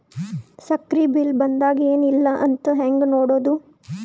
ಸಕ್ರಿ ಬಿಲ್ ಬಂದಾದ ಏನ್ ಇಲ್ಲ ಅಂತ ಹೆಂಗ್ ನೋಡುದು?